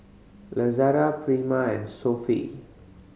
Lazada Prima and Sofy